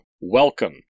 welcome